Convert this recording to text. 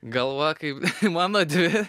galva kaip mano dvi